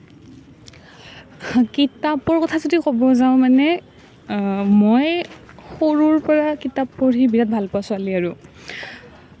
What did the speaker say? কিতাপৰ কথা যদি ক'ব যাওঁ মানে মই সৰুৰ পৰা কিতাপ পঢ়ি ভাল পোৱা ছোৱালী আৰু